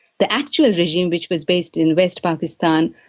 the actual regime, which was based in west pakistan,